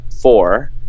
four